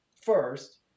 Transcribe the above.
first